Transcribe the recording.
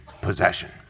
possession